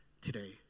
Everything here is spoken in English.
today